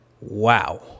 Wow